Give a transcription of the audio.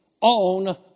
on